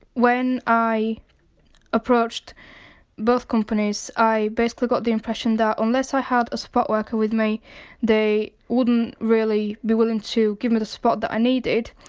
when i approached both companies, i basically got the impression that unless i had a support worker with me they wouldn't really be willing to give me the support that i needed,